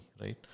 right